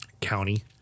county